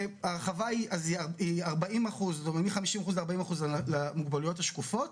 ההרחבה היא 40% למוגבלויות השקופות,